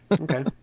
Okay